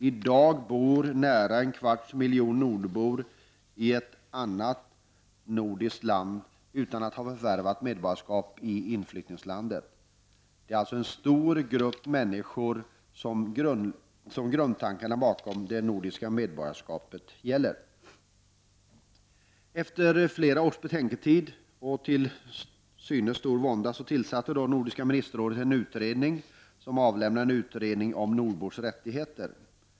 I dag bor nära 250000 nordbor i ett annat nordiskt land utan att ha förvärvat medborgarskap i inflyttningslandet. Det är alltså en stor grupp människor som grundtankarna bakom det nordiska medborgarskapet gäller. Efter flera års betänketid och till synes stor vånda tillsatte så Nordiska ministerrådet en utredning, som senare avlämnade ett betänkande om nordbors rättigheter.